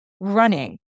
running